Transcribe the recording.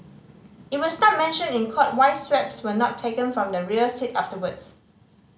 it was not mentioned in court why swabs were not taken from the rear seat afterwards